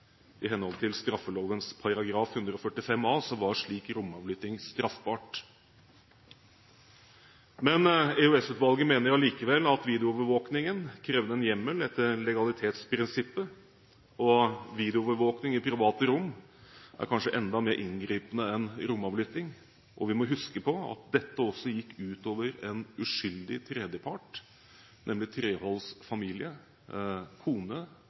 I henhold til straffeloven § 145a var slik romavlytting straffbart. Men EOS-utvalget mener allikevel at videoovervåkningen krevde en hjemmel etter legalitetsprinsippet, og videoovervåkning i private rom er kanskje enda mer inngripende enn romavlytting. Vi må huske på at dette også gikk ut over en uskyldig tredjepart, nemlig Treholts familie – kone